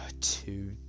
two